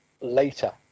later